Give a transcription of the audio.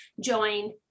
join